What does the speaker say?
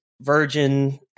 Virgin